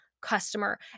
customer